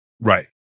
Right